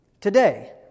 today